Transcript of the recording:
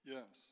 Yes